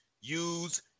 use